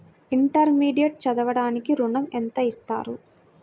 Intermediate చదవడానికి ఋణం ఎంత ఇస్తారు?